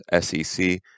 sec